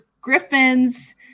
Griffins